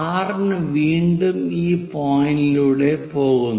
6 ന് വീണ്ടും ഈ പോയിന്റിലൂടെ പോകുന്നു